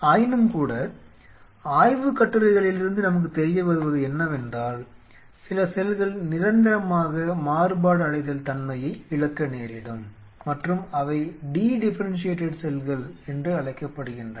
ஆயினும்கூட ஆய்வு கட்டுரைகளிலிருந்து நமக்குத் தெரியவருவது என்னவென்றால் சில செல்கள் நிரந்தரமாக மாறுபாடடைதல் தன்மையை இழக்க நேரிடும் மற்றும் அவை டி டிஃபெரெண்ஷியேடெட் செல்கள் என்று அழைக்கப்படுகின்றன